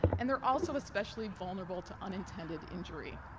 and they're also especially vulnerable to unintended injury.